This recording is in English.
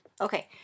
Okay